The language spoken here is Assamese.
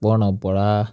প্ৰণৱ বৰা